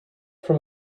from